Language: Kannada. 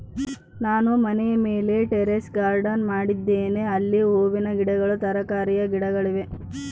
ನಾನು ಮನೆಯ ಮೇಲೆ ಟೆರೇಸ್ ಗಾರ್ಡೆನ್ ಮಾಡಿದ್ದೇನೆ, ಅಲ್ಲಿ ಹೂವಿನ ಗಿಡಗಳು, ತರಕಾರಿಯ ಗಿಡಗಳಿವೆ